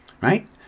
right